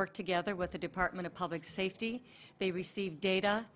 work together with the department of public safety they receive data